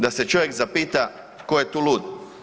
Da se čovjek zapita tko je tu lud.